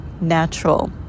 natural